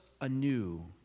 anew